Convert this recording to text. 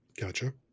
Gotcha